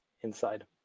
inside